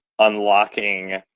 unlocking